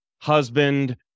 Husband